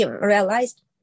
realized